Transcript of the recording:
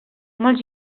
molts